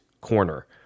corner